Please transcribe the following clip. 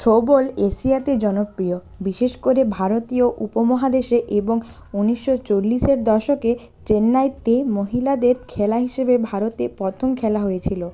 throwball এশিয়াতে জনপ্রিয় বিশেষ করে ভারতীয় উপমহাদেশে এবং উনিশশো চল্লিশের দশকে চেন্নাইতে মহিলাদের খেলা হিসেবে ভারতে প্রথম খেলা হয়েছিলো